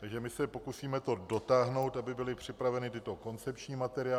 Takže se pokusíme to dotáhnout, aby byly připraveny tyto koncepční materiály.